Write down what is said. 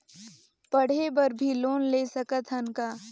पढ़े बर भी लोन ले सकत हन का?